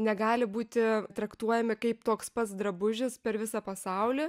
negali būti traktuojami kaip toks pats drabužis per visą pasaulį